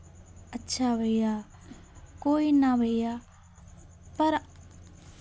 अच्छा भैया कोई ना भैया पर